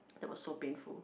that was so painful